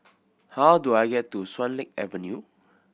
how do I get to Swan Lake Avenue